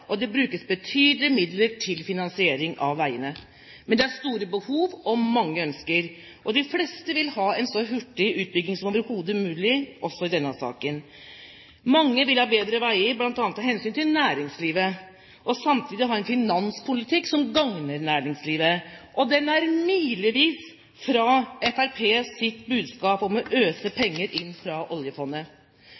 og det brukes betydelige midler til finansiering av veiene. Men det er store behov og mange ønsker. De fleste vil ha en så hurtig utbygging som overhodet mulig, også i denne saken. Mange vil ha bedre veier, bl.a. av hensyn til næringslivet, og samtidig ha en finanspolitikk som gagner næringslivet, og den er milevis fra Fremskrittspartiets budskap om å